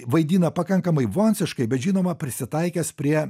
vaidina pakankamai vonsiškai bet žinoma prisitaikęs prie